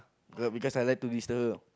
uh because I like to disturb her